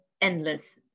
endless